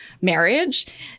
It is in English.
marriage